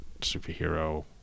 superhero